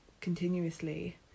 continuously